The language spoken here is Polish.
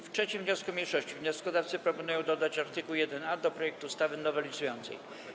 W 3. wniosku mniejszości wnioskodawcy proponują dodać art. 1a do projektu ustawy nowelizującej.